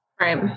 Right